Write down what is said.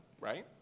Right